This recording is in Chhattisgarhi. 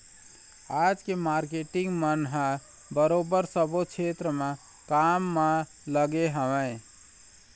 आज के मारकेटिंग मन ह बरोबर सब्बो छेत्र म काम म लगे हवँय